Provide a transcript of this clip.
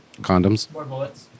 Condoms